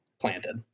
planted